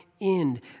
end